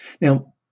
Now